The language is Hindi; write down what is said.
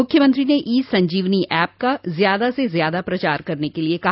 मुख्यमंत्री ने ई संजीवनी ऐप का ज्यादा से ज्यादा प्रचार करने के लिये कहा